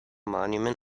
monument